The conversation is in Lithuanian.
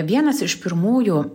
vienas iš pirmųjų